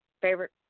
favorite